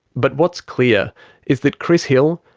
but what's clear is that chris hill,